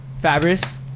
Fabris